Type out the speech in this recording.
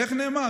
איך נאמר?